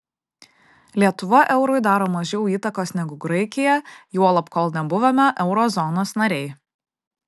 lietuva eurui daro mažiau įtakos negu graikija juolab kol nebuvome euro zonos nariai